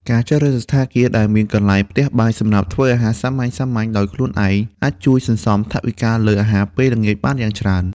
ការជ្រើសរើសសណ្ឋាគារដែលមានកន្លែងផ្ទះបាយសម្រាប់ធ្វើអាហារសាមញ្ញៗដោយខ្លួនឯង អាចជួយសន្សំថវិកាលើអាហារពេលល្ងាចបានយ៉ាងច្រើន។